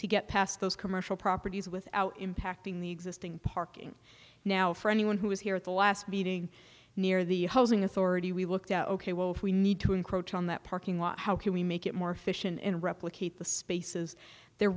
to get past those commercial properties without impacting the existing parking now for anyone who was here at the last meeting near the housing authority we looked at ok well if we need to encroach on that parking lot how can we make it more efficient and replicate the spaces there